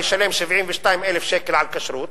ישלם 72,000 שקל על כשרות,